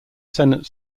senate